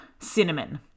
cinnamon